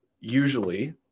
usually